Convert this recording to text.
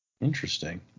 Interesting